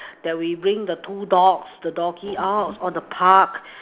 that we bring the two dogs the doggies out on a park